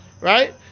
Right